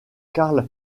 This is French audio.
karl